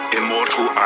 immortal